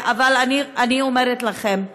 אבל אני אומרת לכם: